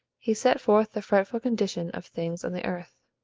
he set forth the frightful condition of things on the earth,